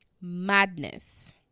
madness